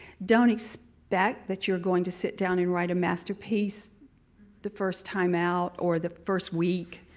don't expect that you're going to sit down and write a masterpiece the first time out or the first week.